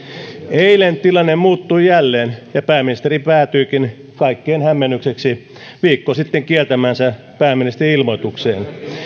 eilen tilanne muuttui jälleen ja pääministeri päätyikin kaikkien hämmennykseksi viikko sitten kieltämäänsä pääministerin ilmoitukseen